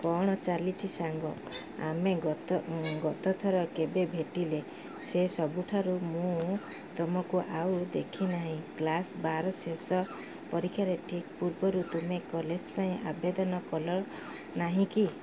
କ'ଣ ଚାଲିଛି ସାଙ୍ଗ ଆମେ ଗତ ଗତଥର କେବେ ଭେଟିଲେ ସେ ସବୁଠାରୁ ମୁଁ ତୁମକୁ ଆଉ ଦେଖିନାହିଁ କ୍ଲାସ୍ ବାର ଶେଷ ପରୀକ୍ଷାରେ ଠିକ୍ ପୂର୍ବରୁ ତୁମେ କଲେଜ ପାଇଁ ଆବେଦନ କଲ ନାହିଁ କି